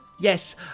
Yes